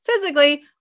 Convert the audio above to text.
physically